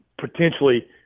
potentially